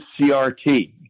CRT